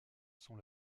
sont